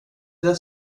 det